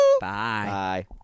Bye